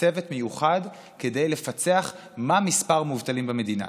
צוות מיוחד כדי לפצח מה מספר המובטלים במדינה,